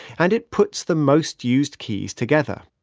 and it puts the most used keys together